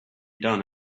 done